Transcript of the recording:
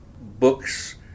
books